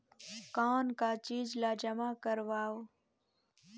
कौन का चीज ला जमा करवाओ?